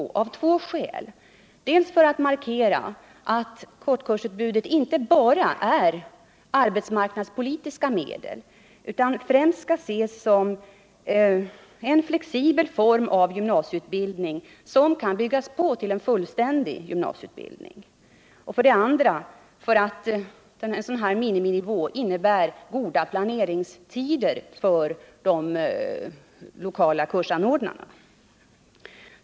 Detta av två skäl: för det första för att markera att kortkursutbudet inte bara är ett arbetsmarknadspolitiskt medel utan främst skall ses som en flexibel form av gymnasieutbildning, som kan byggas på till en fullständig gymnasieutbildning. För det andra för att en i budgetpropositionen angiven miniminivå innebär goda planeringstider för de lokala kursanordnarna.